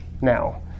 now